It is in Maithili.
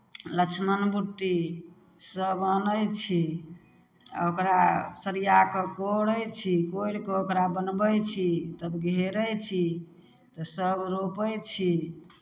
लक्षमण बुट्टीसभ अनै छी ओकरा सरिया कऽ कोरै छी कोरि कऽ ओकरा बनबै छी तब घेरै छी तऽ सभ रोपै छी